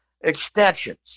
extensions